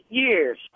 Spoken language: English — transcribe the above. years